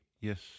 Yes